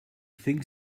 think